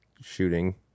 shooting